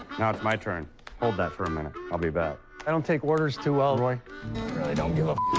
now it's my turn hold that for a minute i'll be back i don't take orders too well roy don't give a